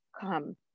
come